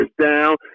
down